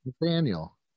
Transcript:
Nathaniel